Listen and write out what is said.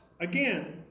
again